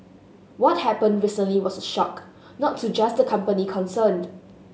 what happened recently was a shock not to just the company concerned